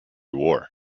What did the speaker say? war